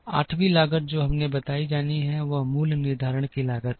8 वीं लागत जो हमें बताई जानी है वह मूल्य निर्धारण की लागत है